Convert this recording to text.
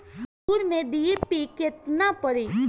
मसूर में डी.ए.पी केतना पड़ी?